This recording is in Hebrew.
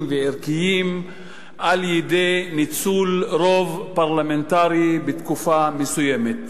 וערכיים על-ידי ניצול רוב פרלמנטרי בתקופה מסוימת.